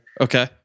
Okay